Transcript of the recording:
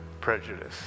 prejudice